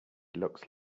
looks